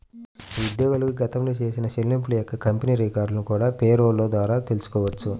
ఉద్యోగులకు గతంలో చేసిన చెల్లింపుల యొక్క కంపెనీ రికార్డులను కూడా పేరోల్ ద్వారా తెల్సుకోవచ్చు